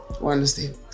understand